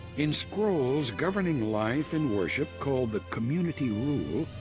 in scrolls governing life and worship, called the community rule,